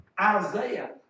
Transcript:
Isaiah